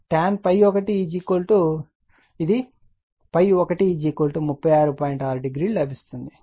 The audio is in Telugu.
tan ∅1 ఏదో లభిస్తుంది కాబట్టి ∅1 36